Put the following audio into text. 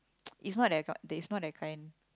it's not that k~ it's not that kind